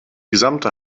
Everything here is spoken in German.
gesamte